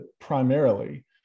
primarily